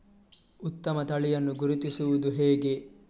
ಉತ್ತಮ ತಳಿಯನ್ನು ಗುರುತಿಸುವುದು ಹೇಗೆ?